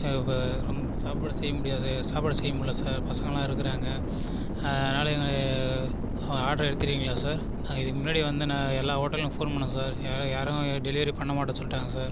அப்போ சாப்பாடு செய்ய முடியாது சாப்பாடு செய்யமுடில சார் பசங்கள்லாம் இருக்கிறாங்க அதனால் எங்கள் ஆர்டர் எடுத்துடுறீங்களா சார் நாங்கள் இதுக்கு முன்னாடி வந்த நான் எல்லா ஹோட்டலுக்கும் ஃபோன் பண்ணேன் சார் யார் யாரும் டெலிவரி பண்ணமாட்டேன்னு சொல்லிவிட்டாங்க சார்